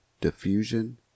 Diffusion